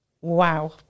wow